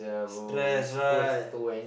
stress right